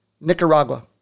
nicaragua